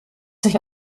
sich